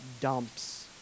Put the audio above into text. dumps